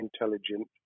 intelligent